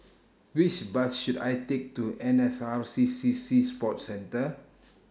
Which Bus should I Take to N S R C C Sea Sports Centre